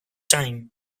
time